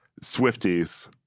Swifties